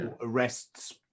arrests